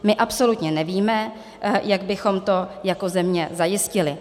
My absolutně nevíme, jak bychom to jako země zajistili.